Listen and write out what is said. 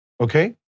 okay